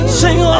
sing